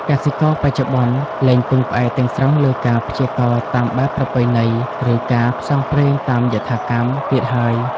កសិករបច្ចុប្បន្នលែងពឹងផ្អែកទាំងស្រុងលើការព្យាករណ៍តាមបែបប្រពៃណី ឬការផ្សងព្រេងតាមយថាកម្មទៀតហើយ។